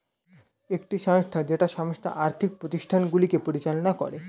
একটি সংস্থা যেটা সমস্ত আর্থিক প্রতিষ্ঠানগুলিকে পরিচালনা করে